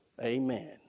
Amen